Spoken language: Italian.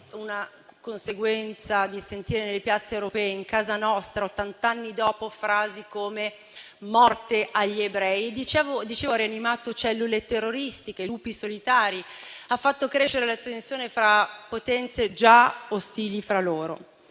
Una conseguenza è quella di sentire nelle piazze europee, in casa nostra, dopo ottant'anni, frasi come «Morte agli ebrei». L'attacco ha rianimato cellule terroristiche, lupi solitari; ha fatto crescere la tensione fra potenze già ostili fra loro,